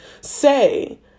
say